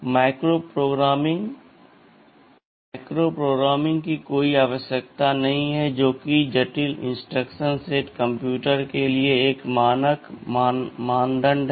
microprogramming की कोई आवश्यकता नहीं है जो कि जटिल इंस्ट्रक्शन सेट कंप्यूटर के लिए एक मानक मानदंड है